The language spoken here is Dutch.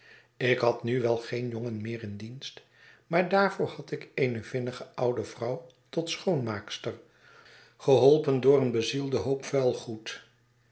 ik had nu wel geen jongen meer in dienst maar daarvoor had ik eene vinnige oude vrouw tot schoonmaakster geholpen door een bezielden hoop vuilgoed